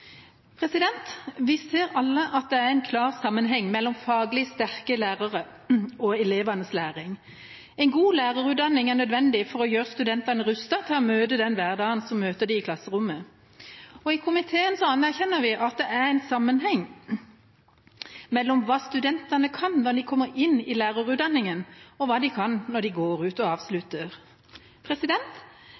samarbeid. Vi ser alle at det er en klar sammenheng mellom faglig sterke lærere og elevenes læring. En god lærerutdanning er nødvendig for å gjøre studentene rustet til å møte den hverdagen som møter dem i klasserommet. I komiteen anerkjenner vi at det er en sammenheng mellom hva studentene kan når de kommer inn i lærerutdanninga, og hva de kan når de går ut og avslutter.